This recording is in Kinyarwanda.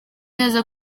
neza